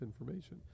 information